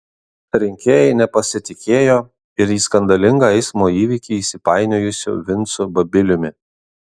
rinkėjai nepasitikėjo ir į skandalingą eismo įvykį įsipainiojusiu vincu babiliumi